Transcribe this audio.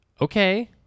Okay